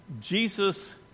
Jesus